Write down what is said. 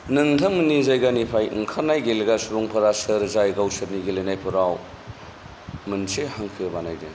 नोंथांमोननि जायगानिफ्राय ओंखारनाय गेलेग्रा सुबुंफोरा सोर जाय गावसोरनि गेलेनाय फोराव मोनसे हांखो बानायदों